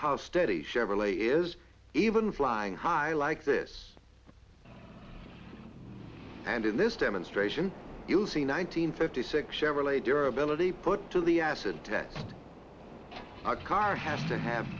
how steady chevrolet is even flying high like this and in this demonstration you see nine hundred fifty six chevrolet dear ability put to the acid test a car has to have